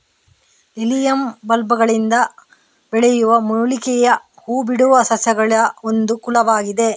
lilium ಬಲ್ಬುಗಳಿಂದ ಬೆಳೆಯುವ ಮೂಲಿಕೆಯ ಹೂ ಬಿಡುವ ಸಸ್ಯಗಳಒಂದು ಕುಲವಾಗಿದೆ